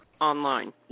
online